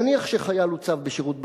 נניח שחייל הוצב בשירות בתי-הסוהר,